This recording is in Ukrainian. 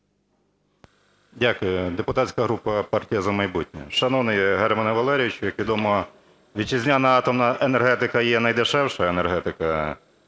Дякую. Депутатська група "Партія"За майбутнє". Шановний Германе Валерійовичу, як відомо, вітчизняна атомна енергетика є найдешевша енергетика,